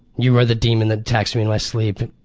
you are the demon that attacks me in my sleep.